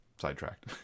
sidetracked